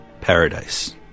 paradise